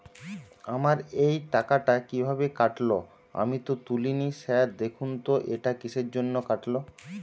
আমার এই টাকাটা কীভাবে কাটল আমি তো তুলিনি স্যার দেখুন তো এটা কিসের জন্য কাটল?